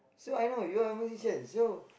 so I know you are musician so